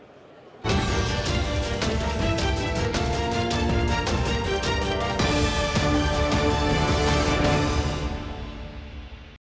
Дякую,